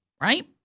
right